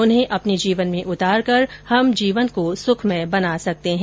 उन्हें अपने जीवन में उतार कर हम जीवन को सुखमय बना सकते हैं